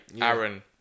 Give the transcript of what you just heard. Aaron